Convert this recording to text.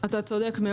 אתה צודק.